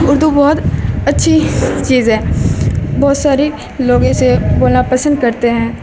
اردو بہت اچھی چیز ہے بہت ساری لوگ اسے بولنا پسند کرتے ہیں